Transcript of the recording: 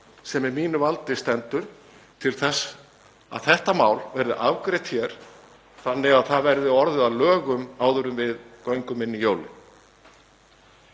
sem í mínu valdi stendur til þess að þetta mál verði afgreitt hér þannig að það verði orðið að lögum áður en við göngum inn í jólin.